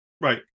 Right